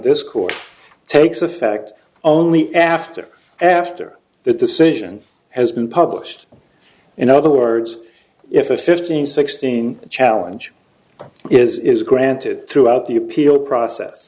this court takes effect only after after the decision has been published in other words if a fifteen sixteen challenge is granted throughout the appeal process